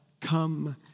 Come